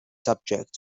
subject